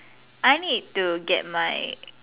I need to get my